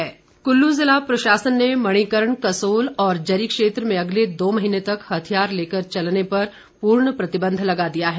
प्रतिबंध कुल्लू जिला प्रशासन ने मणिकर्ण कसोल और जरी क्षेत्र में अगले दो महीने तक हथियार लेकर चलने पर पूर्ण प्रतिबंध लगा दिया है